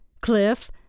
cliff